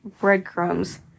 breadcrumbs